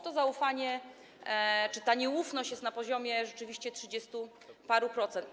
To zaufanie czy ta nieufność jest na poziomie rzeczywiście trzydziestu paru procent.